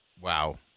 Wow